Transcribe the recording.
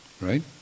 Right